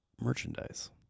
merchandise